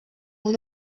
only